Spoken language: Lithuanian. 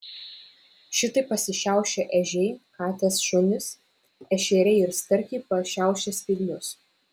šitaip pasišiaušia ežiai katės šunys ešeriai ir starkiai pašiaušia spyglius